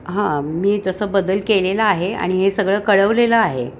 हां मी तसं बदल केलेलं आहे आणि हे सगळं कळवलेलं आहे